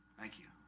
thank you